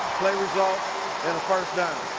play results in a first down.